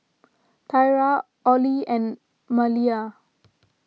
Thyra Ollie and Maleah